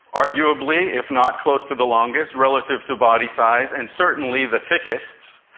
arguably, if not close to the longest, relative to body size, and certainly the thickest.